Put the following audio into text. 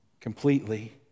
completely